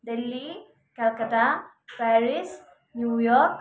Delhi Calcutta Paris New York